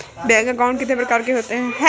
Bank account कितने प्रकार के होते हैं?